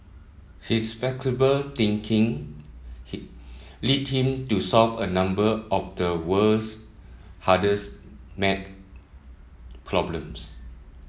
his flexible thinking he led him to solve a number of the world's hardest maths problems